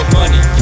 money